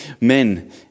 men